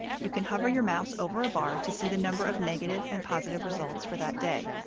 you can hover your mouse over a bar to see the number of negative and positive results for that day.